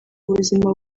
buzima